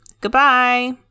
goodbye